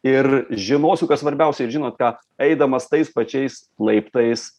ir žinosiu kas svarbiausia žinot ką eidamas tais pačiais laiptais